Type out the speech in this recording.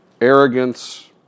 arrogance